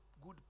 good